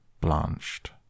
blanched